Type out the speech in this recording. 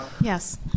Yes